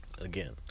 Again